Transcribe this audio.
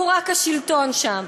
הוא רק השלטון שם,